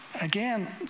again